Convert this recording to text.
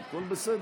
בסדר.